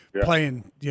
playing